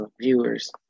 viewers